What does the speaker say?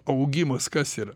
augimas kas yra